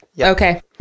okay